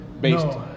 based